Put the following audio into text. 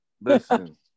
Listen